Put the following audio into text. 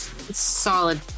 Solid